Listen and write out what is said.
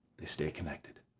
they stay connected.